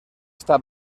esta